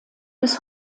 bis